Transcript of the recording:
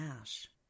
ash